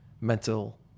mental